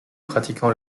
pratiquant